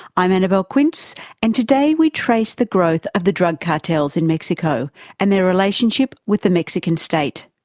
i'm annabelle quince and today we trace the growth of the drug cartels in mexico and their relationship with the mexican state.